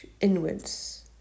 inwards